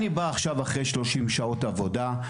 אני בא עכשיו אחרי 30 שעות עבודה.